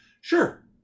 Sure